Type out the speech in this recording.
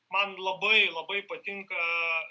man labai labai patinka